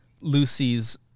Lucy's